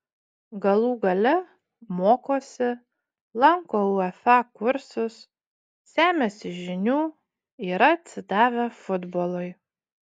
galų gale mokosi lanko uefa kursus semiasi žinių yra atsidavę futbolui